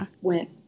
went